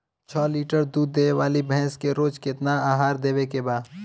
छह लीटर दूध देवे वाली भैंस के रोज केतना आहार देवे के बा?